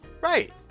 Right